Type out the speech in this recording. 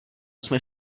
jsme